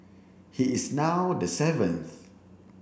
he is now the seventh